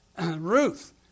Ruth